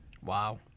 Wow